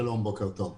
בוקר טוב,